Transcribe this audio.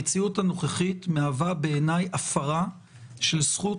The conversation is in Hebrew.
המציאות הנוכחית מהווה הפרה של זכות